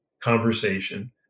conversation